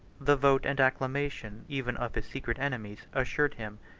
the vote and acclamation even of his secret enemies, assured him,